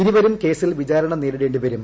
ഇരുവരും കേസിൽ വിചാരണ നേരിടേണ്ടി വരും